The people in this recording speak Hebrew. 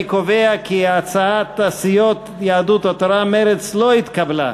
אני קובע כי הצעת הסיעות יהדות התורה ומרצ לא התקבלה.